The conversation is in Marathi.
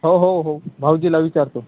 हो हो हो भाऊजीला विचारतो